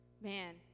Man